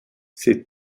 ces